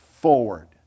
forward